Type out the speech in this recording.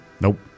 Nope